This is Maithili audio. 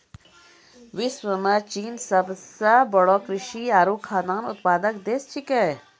विश्व म चीन सबसें बड़ो कृषि आरु खाद्यान्न उत्पादक देश छिकै